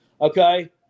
Okay